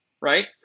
right